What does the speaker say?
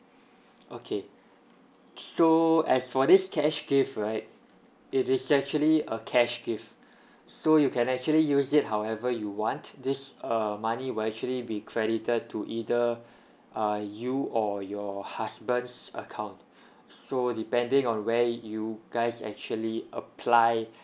okay so as for this cash gift right it is actually a cash gift so you can actually use it however you want this uh money will actually be credited to either uh you or your husband's account so depending on where you guys actually apply